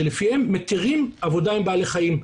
שלפיהם מתירים עבודה עם בעלי חיים.